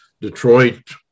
Detroit